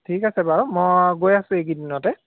ঠিক আছে বাৰু মই গৈ আছোঁ এইকেইদিনতে